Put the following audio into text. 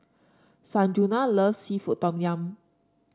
Sanjuana loves seafood Tom Yum